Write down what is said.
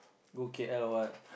go K_L or what